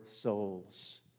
souls